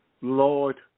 Lord